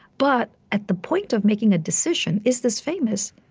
but at the point of making a decision is this famous?